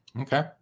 Okay